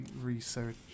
research